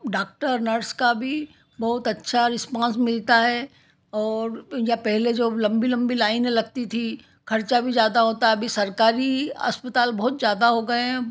doctor nurse का भी बहुत अच्छा रेस्पॉन्स मिलता है और या पहले जो लंबी लंबी लाइने लगती थीं खर्चा भी ज़्यादा होता अभी सरकारी अस्पताल बहुत ज़्यादा हो गए हैं